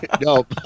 No